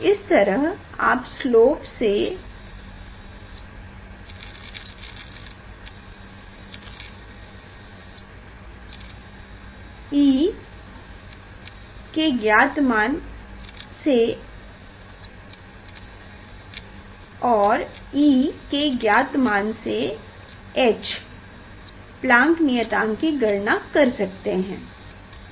इस तरह आप स्लोप से और e के ज्ञात मान से h प्लांक नियतांक की गणना कर सकते हैं ठीक